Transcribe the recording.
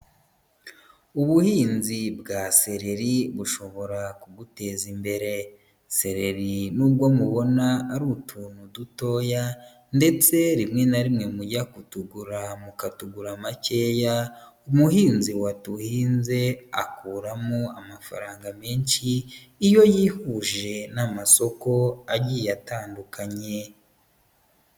Ubuhinzi bwa sereri bushobora kuguteza imbere. Sereri nubwo mubona ari utuntu dutoya ndetse rimwe na rimwe mujya kutugura mukatugura makeya, umuhinzi waduhinze akuramo amafaranga menshi, iyo yihuje n'amasoko agiye atandukanye.